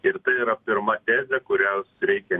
ir tai yra pirma tezė kurią reikia